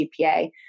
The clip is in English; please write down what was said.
GPA